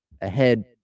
ahead